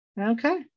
okay